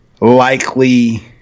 likely